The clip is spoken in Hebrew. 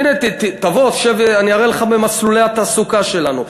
הנה תבוא עכשיו ואני אראה לך במסלולי התעסוקה שלנו.